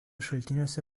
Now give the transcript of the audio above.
šaltiniuose